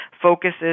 focuses